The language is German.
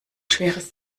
schweres